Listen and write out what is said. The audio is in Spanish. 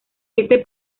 este